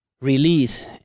release